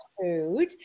food